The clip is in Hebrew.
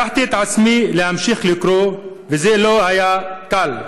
הכרחתי את עצמי להמשיך לקרוא, וזה לא היה קל.